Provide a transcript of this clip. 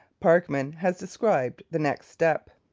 parkman has described the next step